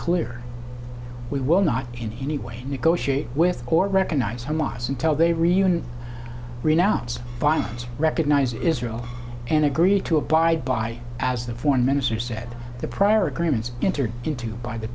clear we will not in any way negotiate with or recognize hamas and tell they reunite renounce violence recognize israel and agree to abide by as the foreign minister said the prior agreements entered into by the